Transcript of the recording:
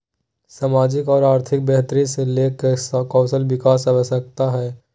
सामाजिक और आर्थिक बेहतरी ले कौशल विकास आवश्यक हइ